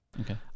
Okay